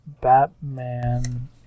Batman